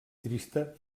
trista